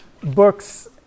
books